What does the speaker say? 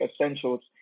essentials